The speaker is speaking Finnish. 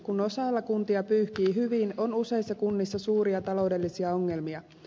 kun osalla kuntia pyyhkii hyvin on useissa kunnissa suuria taloudellisia ongelmia